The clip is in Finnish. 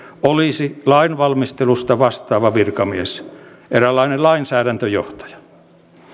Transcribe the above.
olisi lainvalmistelusta vastaava virkamies eräänlainen lainsäädäntöjohtaja